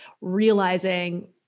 realizing